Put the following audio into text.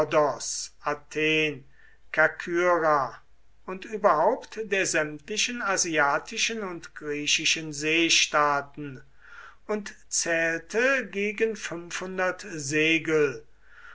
und überhaupt der sämtlichen asiatischen und griechischen seestaaten und zählte gegen